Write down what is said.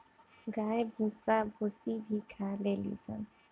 गाय भूसा भूसी भी खा लेली सन